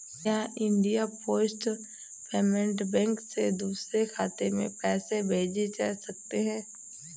क्या India post payment bank से दूसरे खाते में पैसे भेजे जा सकते हैं?